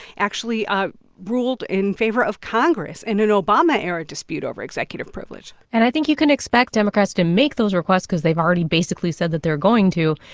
actually ah ruled in favor of congress in an obama-era dispute over executive privilege and i think you can expect democrats to make those requests cause they've already basically said that they're going to.